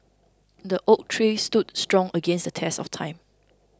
the oak tree stood strong against the test of time